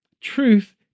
Truth